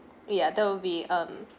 ya that will be um